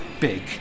big